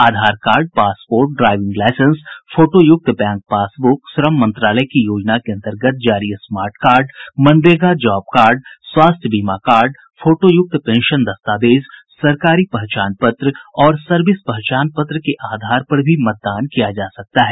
आधार card passport driving licence फोटोयुक्त bank passbook श्रम मंत्रालय की योजना के अंतर्गत जारी स्मार्ट कार्ड मनरेगा जॉब कार्ड स्वास्थ्य बीमा स्मार्ट कार्ड फोटोयुक्त पेंशन दस्तावेज सरकारी पहचान पत्र और सर्विस पहचान पत्र के आधार पर भी मतदान किया जा सकता है